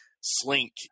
slink